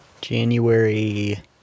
January